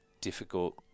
difficult